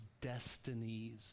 destinies